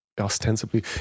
ostensibly